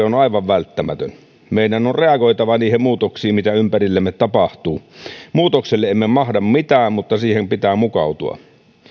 on on aivan välttämätön meidän on reagoitava niihin muutoksiin mitä ympärillemme tapahtuu muutokselle emme mahda mitään mutta siihen pitää mukautua